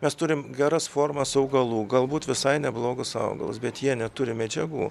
mes turim geras formas augalų galbūt visai neblogus augalus bet jie neturi medžiagų